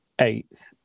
eighth